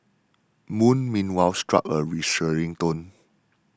moon meanwhile struck a reassuring tone